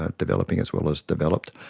ah developing as well as developed,